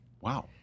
Wow